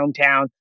hometown